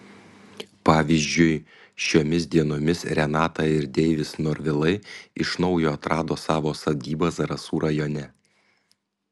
pavyzdžiui šiomis dienomis renata ir deivis norvilai iš naujo atrado savo sodybą zarasų rajone